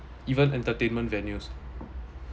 even entertainment venues